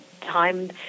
time